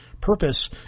purpose